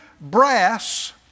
brass